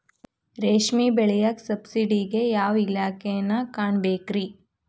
ರೇಷ್ಮಿ ಬೆಳಿಯಾಕ ಸಬ್ಸಿಡಿಗೆ ಯಾವ ಇಲಾಖೆನ ಕಾಣಬೇಕ್ರೇ?